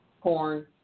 corn